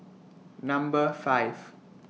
Number five